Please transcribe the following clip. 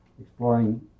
exploring